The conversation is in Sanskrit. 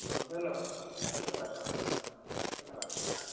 धन्यवाद धन्यवाद धन्यवाद